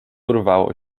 urwało